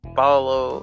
follow